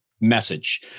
message